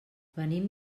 venim